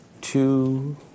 two